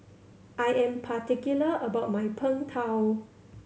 I am particular about my Png Tao